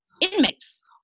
inmates